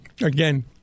again